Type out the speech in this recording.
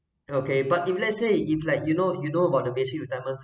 okay but if let's say if like you know you know about the basic retirement